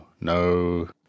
no